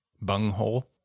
Bunghole